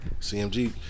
CMG